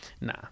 nah